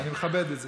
ואני מכבד את זה,